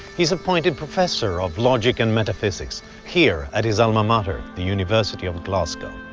he's appointed professor of logic and metaphysics here at his alma mater, the university of glasgow.